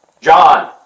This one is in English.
John